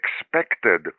expected